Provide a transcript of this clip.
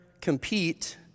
compete